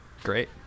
Great